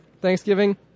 Thanksgiving